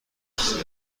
کسی